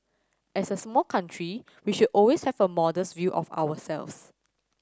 as a small country we should always have a modest view of ourselves